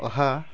অহা